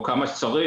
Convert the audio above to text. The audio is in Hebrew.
או כמה שצריך,